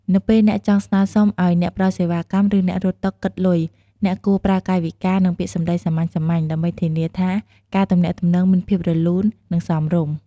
នៅពេលអ្នកចង់ស្នើសុំឲ្យអ្នកផ្ដល់សេវាកម្ម ឬអ្នករត់តុគិតលុយ អ្នកគួរប្រើកាយវិការ និងពាក្យសម្ដីសាមញ្ញៗ ដើម្បីធានាថាការទំនាក់ទំនងមានភាពរលូន និងសមរម្យ។